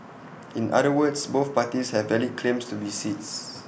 in other words both parties have valid claims to be seats